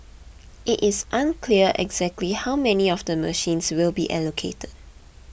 it is unclear exactly how many of the machines will be allocated